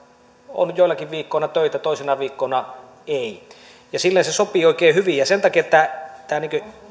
on joinakin viikkoina töitä toisina viikkoina ei ja silleen se sopii oikein hyvin sen takia tämä